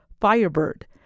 Firebird